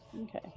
Okay